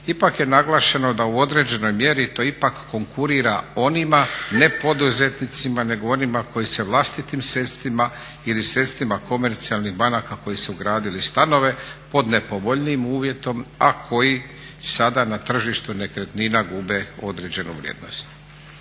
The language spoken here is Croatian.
ipak je naglašeno da u određenoj mjeri to ipak konkurira onima ne poduzetnicima nego onima koji se vlastitim sredstvima ili sredstvima komercijalnih banaka koji su gradili stanove pod nepovoljnijim uvjetom a koji sada na tržištu nekretnina gube određenu vrijednost.